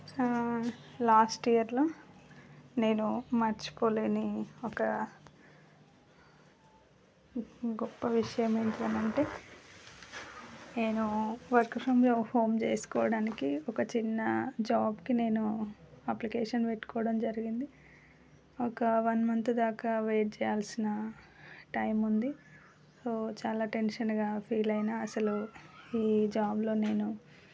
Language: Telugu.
లాస్ట్ ఇయర్లో నేను మర్చిపోలేని ఒక గొప్ప విషయం ఏంటి అని అంటే నేను వర్క్ ఫ్రం హోమ్ చేసుకోవడానికి ఒక చిన్న జాబ్కి నేను అప్లికేషన్ పెట్టుకోవడం జరిగింది ఒక వన్ మంత్ దాకా వెయిట్ చేయాల్సిన టైం ఉంది సో చాలా టెన్షన్గా ఫీల్ అయిన అసలు ఈ జాబ్లో నేను